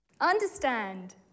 Understand